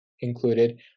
included